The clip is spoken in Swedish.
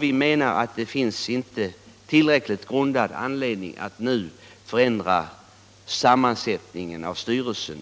Vi anser att det inte finns tillräckligt grundad anledning att nu förändra sammansättningen av